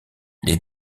les